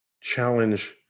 challenge